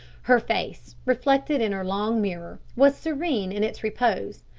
her face, reflected in her long mirror, was serene in its repose,